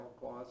clause